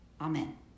Amen